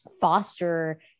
foster